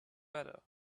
better